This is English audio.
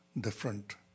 different